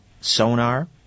Sonar